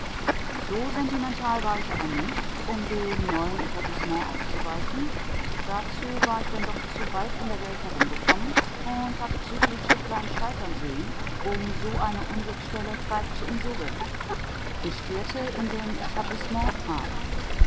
so sentimental war ich aber nicht um dem neuen etablissement auszuweichen dazu war ich denn doch zu weit in der welt herumgekommen und hatte zu viel schifflein scheitern sehen um so eine unglücksstelle feig zu umsegeln ich kehrte in dem etablissement ein